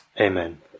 amen